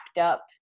up